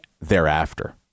thereafter